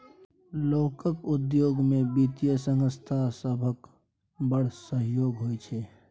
लोकक उद्योग मे बित्तीय संस्था सभक बड़ सहयोग होइ छै